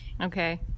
Okay